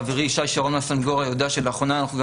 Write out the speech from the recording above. חברי ישי שרון מהסנגוריה יודע שלאחרונה אנחנו גם